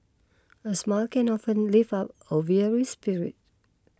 a smile can often lift up a very spirit